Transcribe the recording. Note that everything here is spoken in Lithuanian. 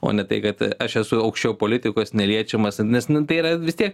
o ne tai kad aš esu aukščiau politikos neliečiamas nes nu tai yra vis tiek